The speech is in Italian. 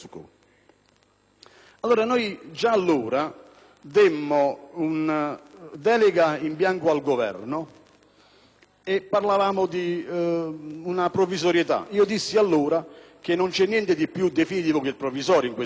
Mazzuconi. Già allora demmo una delega in bianco al Governo e si parlava di provvisorietà; dissi allora che non c'è niente di più definitivo che il provvisorio nel nostro Paese.